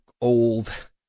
old